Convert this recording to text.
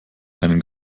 einen